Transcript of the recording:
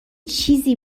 چیزی